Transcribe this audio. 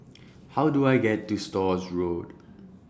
How Do I get to Stores Road